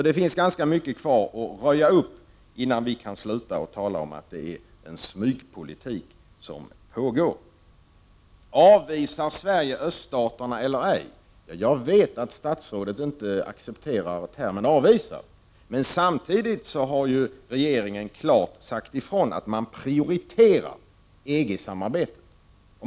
Det finns ganska mycket kvar att röja upp innan vi kan sluta tala om att det är en smygpolitik som pågår. Avvisar Sverige öststaterna eller ej? Jag vet att statsrådet inte accepterar termen avvisar. Samtidigt har regeringen klart sagt ifrån att man prioriterar EG-samarbetet.